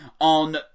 On